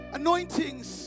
anointings